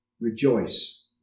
rejoice